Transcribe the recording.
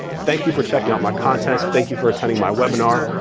thank you for checking out my content. thank you for attending my webinar.